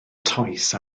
toes